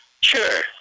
Sure